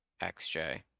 XJ